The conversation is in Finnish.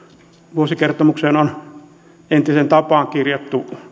vuosikertomukseen on entiseen tapaan kirjattu